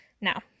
Now